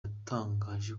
yatangaje